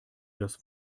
das